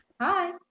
Hi